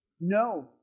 No